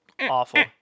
Awful